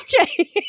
Okay